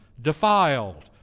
defiled